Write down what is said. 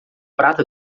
prata